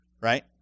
right